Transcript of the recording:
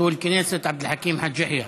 חבר הכנסת עבד אל חכים חאג' יחיא,